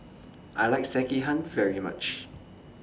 I like Sekihan very much